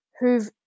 who've